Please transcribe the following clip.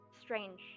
strange